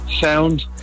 Sound